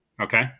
Okay